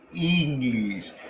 English